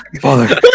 Father